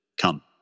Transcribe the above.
come